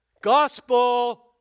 Gospel